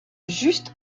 juste